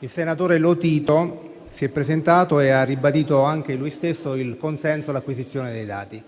il senatore Lotito si è presentato e ha ribadito egli stesso il consenso all'acquisizione dei dati.